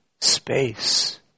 space